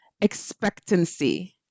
expectancy